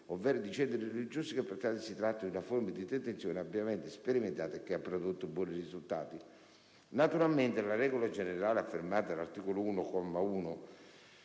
ovvero di centri religiosi e che, pertanto, si tratta di una forma di detenzione ampiamente sperimentata e che ha prodotto buoni risultati. Naturalmente, la regola generale affermata nell'articolo 1,